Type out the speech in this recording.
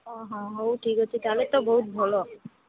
ହଁ ହଁ ହଉ ଠିକଅଛି ତାହେଲେ ତ ବହୁତ ଭଲ